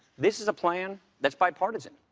this is a plan that's bipartisan.